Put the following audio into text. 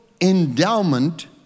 endowment